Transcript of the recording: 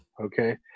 Okay